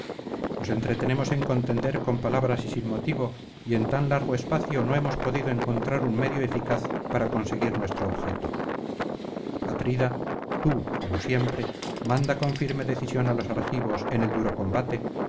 nos entretenemos en contender con palabras y sin motivo y en tan largo espacio no hemos podido encontrar un medio eficaz para conseguir nuestro objeto atrida tú como siempre manda con firme decisión á los argivos en el duro combate